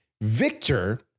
Victor